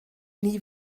nie